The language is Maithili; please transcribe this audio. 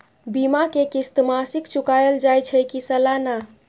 बीमा के किस्त मासिक चुकायल जाए छै की सालाना?